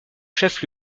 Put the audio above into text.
chef